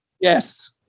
yes